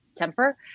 temper